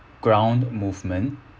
ground movement